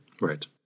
right